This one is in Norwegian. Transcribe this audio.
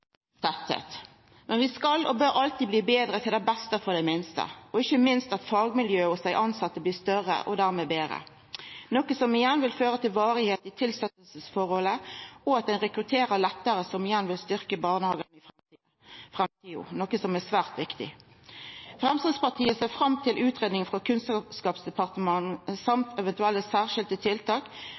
det viktig at fagmiljøet hos dei tilsette blir større – og dermed betre – noko som igjen vil føra til varigheit i tilsettingsforholdet, og at ein rekrutterer lettare. Dette vil igjen styrkja barnehagane i framtida, noko som er svært viktig. Framstegspartiet ser fram til utgreiinga frå Kunnskapsdepartementet og eventuelle særskilde tiltak